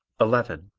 eleven.